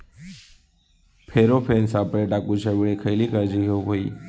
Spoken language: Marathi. फेरोमेन सापळे टाकूच्या वेळी खयली काळजी घेवूक व्हयी?